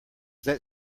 that